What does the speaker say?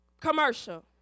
commercial